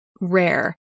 rare